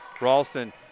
Ralston